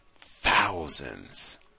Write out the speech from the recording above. thousands